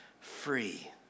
free